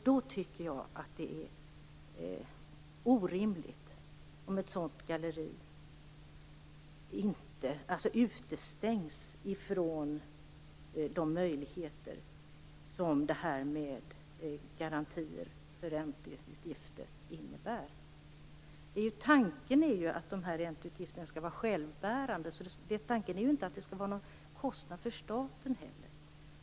Det är orimligt att ett sådant galleri utestängs från de möjligheter som garantierna för ränteutgifter innebär. Tanken är ju att ränteutgifterna skall vara självbärande, och det skall inte vara någon kostnad för staten.